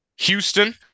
Houston